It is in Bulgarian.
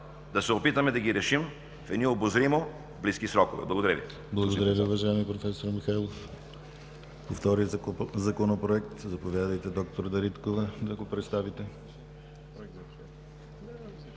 да се опитаме да ги решим в обозримо близки срокове. Благодаря.